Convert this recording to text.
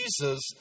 Jesus